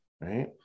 right